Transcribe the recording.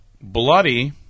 bloody